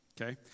Okay